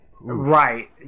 Right